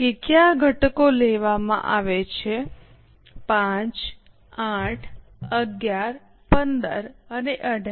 કે કયા ઘટકો લેવામાં આવે છે 5 8 11 15 અને 18